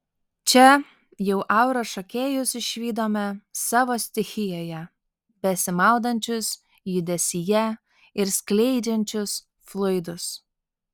čia jau auros šokėjus išvydome savo stichijoje besimaudančius judesyje ir skleidžiančius fluidus